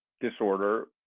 disorder